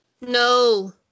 no